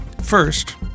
First